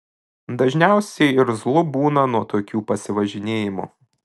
dažniausiai irzlu būna nuo tokių pasivažinėjimų